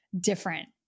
different